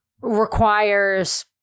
requires